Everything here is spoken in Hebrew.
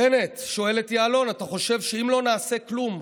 בנט שואל את יעלון: אתה חושב שאם לא נעשה כלום,